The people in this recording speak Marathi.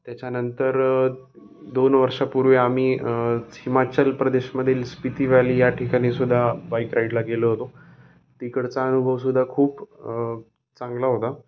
त्याच्यानंतर दोन वर्षापूर्वी आम्ही हिमाचल प्रदेशमधील स्पिती व्हॅली या ठिकाणी सुद्धा बाईक राईडला गेलो होतो तिकडचा अनुभवसुद्धा खूप चांगला होता